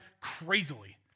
crazily